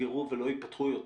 נסגרו ולא ייפתחו יותר.